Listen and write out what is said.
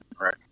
right